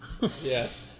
yes